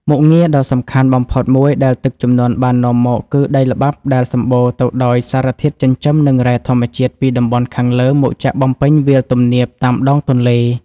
មុខងារដ៏សំខាន់បំផុតមួយដែលទឹកជំនន់បាននាំមក គឺដីល្បាប់ដែលសម្បូរទៅដោយសារធាតុចិញ្ចឹម និងរ៉ែធម្មជាតិពីតំបន់ខាងលើ មកចាក់បំពេញវាលទំនាបតាមដងទន្លេ។